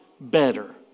better